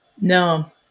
no